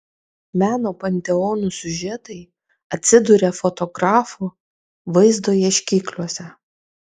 meno panteonų siužetai atsiduria fotografų vaizdo ieškikliuose